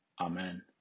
Amen